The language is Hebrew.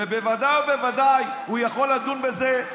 ובוודאי ובוודאי שהוא יכול לדון בזה,